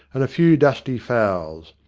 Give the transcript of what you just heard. and a few dusty fowls.